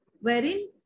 wherein